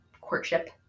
courtship